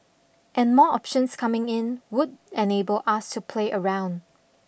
and more options coming in would enable us to play around